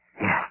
Yes